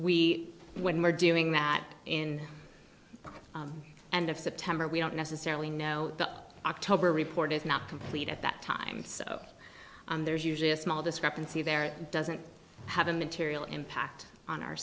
we when we're doing that in and of september we don't necessarily know the october report is not complete at that time so there's usually a small discrepancy there doesn't have a material impact on our